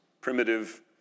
primitive